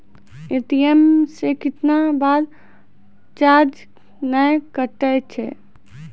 ATM से कैतना बार चार्ज नैय कटै छै?